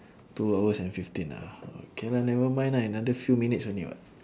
two hours and fifteen ah okay lah nevermind lah another few minutes only [what]